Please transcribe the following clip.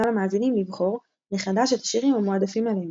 למאזינים לבחור מחדש את השירים המועדפים עליהם.